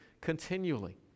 continually